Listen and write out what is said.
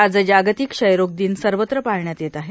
आज जागतिक क्षयरोग दिन सर्वत्र पाळण्यात येत आहे